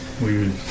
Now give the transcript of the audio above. Weird